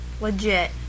Legit